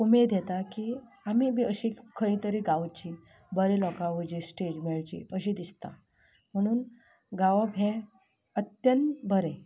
उमेद येता की आमी बी अशीं खंय तरी गावचीं बरे लोकां हुजीर स्टेज मेळची अशें दिसता म्हुणून गावप हें अत्यंत बरें